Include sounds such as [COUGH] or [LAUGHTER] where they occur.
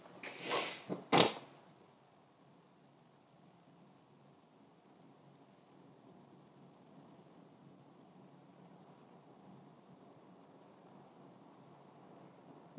[BREATH]